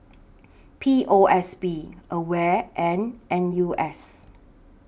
P O S B AWARE and N U S